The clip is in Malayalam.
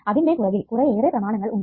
അതിന്റെ പുറകിൽ കുറെയേറെ പ്രമാണങ്ങൾ ഉണ്ട്